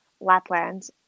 Lapland